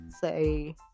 say